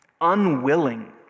unwilling